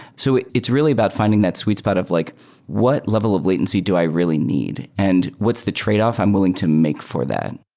so it's really about finding that sweet spot of like what level of latency do i really need and what's the tradeoff i'm willing to make for that.